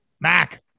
Mac